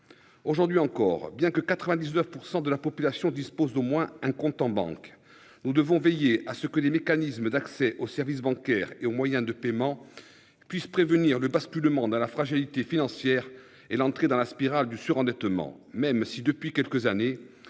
Aujourd'hui encore, bien que 99% de la population dispose d'au moins un compte en banque. Nous devons veiller à ce que des mécanismes d'accès aux services bancaires et aux moyens de paiement puisse prévenir le basculement dans la fragilité financière et l'entrée dans la spirale du surendettement, même si depuis quelques années,